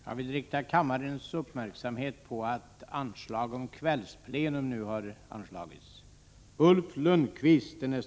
Jag vill rikta kammarens uppmärksamhet på att anslag om kvällsplenum nu har uppsatts.